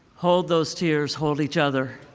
hold those tears. hold each other.